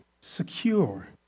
secure